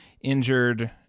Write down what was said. injured